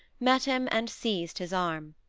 met him, and seized his arm.